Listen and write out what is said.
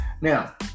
Now